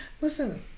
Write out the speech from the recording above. Listen